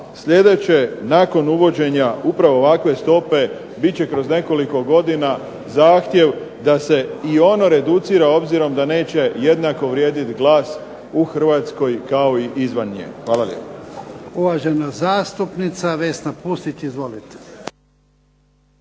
sljedeće nakon uvođenja upravo ovakve stope bit će kroz nekoliko godina zahtjev da se i ono reducira obzirom da neće jednako vrijediti glas u Hrvatskoj kao i izvan nje. Hvala lijepo.